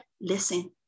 listen